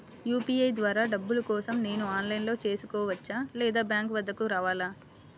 UPI ద్వారా డబ్బులు కోసం నేను ఆన్లైన్లో చేసుకోవచ్చా? లేదా బ్యాంక్ వద్దకు రావాలా?